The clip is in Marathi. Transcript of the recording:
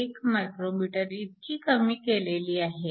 1 μm इतकी कमी केलेली आहे